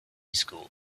school